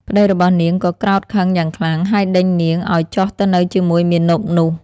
ប្តីរបស់នាងក៏ក្រោធខឹងយ៉ាងខ្លាំង ហើយដេញនាងឱ្យចុះទៅនៅជាមួយមាណពនោះ។